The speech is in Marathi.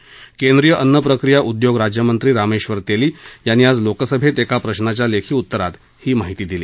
केंद्रीय अन्न प्रक्रिया उद्योग राज्यमंत्री रामेश्वर तेली यांनी आज लोकसभेत एका प्रश्नाच्या लेखी उत्तरात ही माहिती दिली